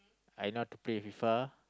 I know how to play F_I_F_A